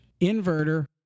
inverter